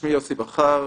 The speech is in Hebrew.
שמי יוסי בכר,